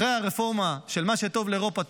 אחרי הרפורמה של "מה שטוב לאירופה,